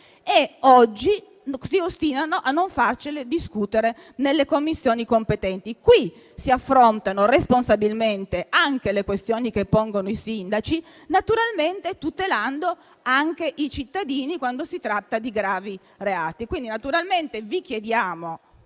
che oggi si ostinano a non farci discutere nelle Commissioni competenti. Qui si affrontano responsabilmente anche le questioni che pongono i sindaci, naturalmente tutelando anche i cittadini quando si tratta di gravi reati. Naturalmente vi chiediamo